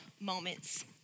moments